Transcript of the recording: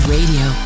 Radio